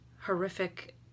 horrific